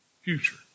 future